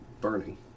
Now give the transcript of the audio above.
burning